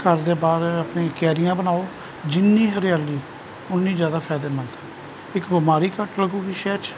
ਘਰ ਦੇ ਬਾਹਰ ਆਪਣੀ ਕਿਆਰੀਆਂ ਬਣਾਓ ਜਿੰਨੀ ਹਰਿਆਲੀ ਉੰਨੀ ਜ਼ਿਆਦਾ ਫਾਇਦੇਮੰਦ ਇੱਕ ਬਿਮਾਰੀ ਘੱਟ ਲੱਗੂਗੀ ਸ਼ਹਿਰ 'ਚ